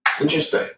interesting